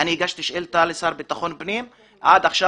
אני הגשתי שאילתה לשר לביטחון פנים ועד עכשיו